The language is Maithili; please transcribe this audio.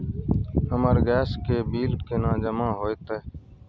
हमर गैस के बिल केना जमा होते?